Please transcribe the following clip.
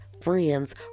friends